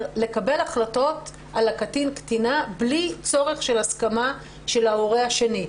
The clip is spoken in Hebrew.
לקבל החלטות על הקטין/קטינה בלי צורך בהסכמה של ההורה שני.